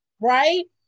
right